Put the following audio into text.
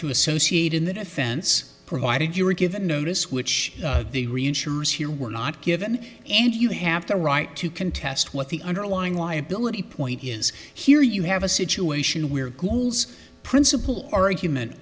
to associate in the defense provided you were given notice which they reinsurers here were not given and you have to right to contest what the underlying liability point is here you have a situation where coles principal argument